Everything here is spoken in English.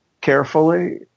carefully